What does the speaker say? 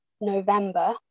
November